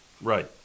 right